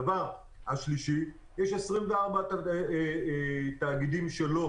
הדבר השלישי יש 24 רשויות שלא